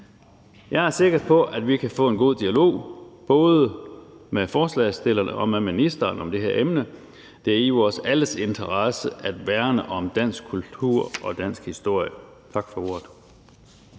Jeg er sikker på, at vi kan få en god dialog, både med forslagsstillerne og med ministeren, om det her emne. Det er i vores alles interesse at værne om dansk kultur og dansk historie. Tak for ordet.